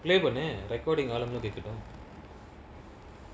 பண்ணு:pannu recording இருக்கட்டும்:irukatum